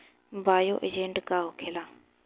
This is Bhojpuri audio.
बायो एजेंट का होखेला?